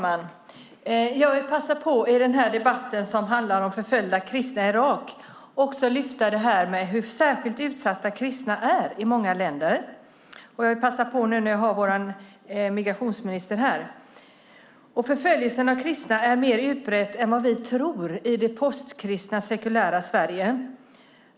Fru talman! I den här debatten, som handlar om förföljda kristna i Irak, vill jag passa på att också lyfta upp hur särskilt utsatta kristna är i många länder. Jag vill passa att göra det när vi har vår migrationsminister här. Förföljelsen av kristna är mer utbredd än vad vi tror i det postkristna, sekulära Sverige.